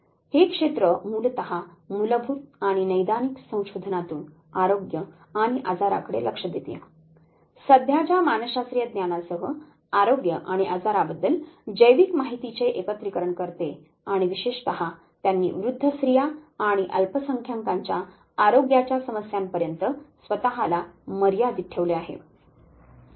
हे क्षेत्र मूलतः मूलभूत आणि नैदानिक संशोधनातून आरोग्य आणि आजाराकडे लक्ष देते सध्याच्या मानसशास्त्रीय ज्ञानासह आरोग्य आणि आजाराबद्दल बायोमेडिकल माहितीचे एकत्रीकरण करते आणि विशेषतः त्यांनी वृद्ध स्त्रिया आणि अल्पसंख्याकांच्या आरोग्याच्या समस्यांपर्यंत स्वत ला मर्यादित ठेवले आहे